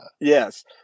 Yes